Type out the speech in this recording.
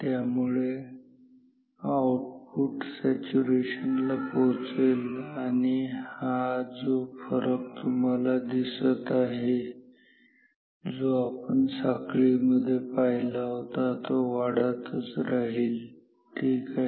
त्यामुळे output saturation ला पोहोचेल आणि हा जो फरक तुम्हाला दिसत आहे जो आपण साखळीमध्ये पाहिला होता तो वाढतच राहील ठीक आहे